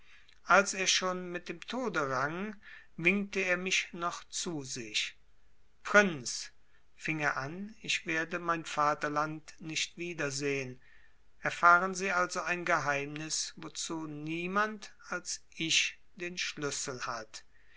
als er schon mit dem tode rang winkte er mich noch zu sich prinz fing er an ich werde mein vaterland nicht wiedersehen erfahren sie also ein geheimnis wozu niemand als ich den schlüssel hat